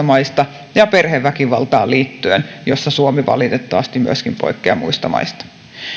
maista ja perheväkivaltaan liittyen jossa suomi valitettavasti myöskin poikkeaa muista maista